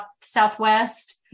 Southwest